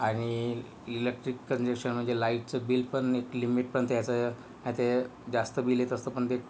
आणि electric connection म्हणजे लाइटचं बिल पण एक लिमिटपर्यंत यायचं आते जास्त बिल येत असतं पण ते